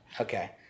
Okay